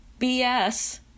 BS